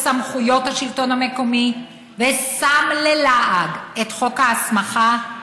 בסמכויות השלטון המקומי ושם ללעג את חוק ההסמכה,